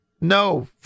No